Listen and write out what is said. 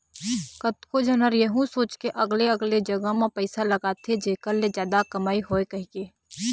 कतको झन ह यहूँ सोच के अलगे अलगे जगा म पइसा लगाथे जेखर ले जादा कमई होवय कहिके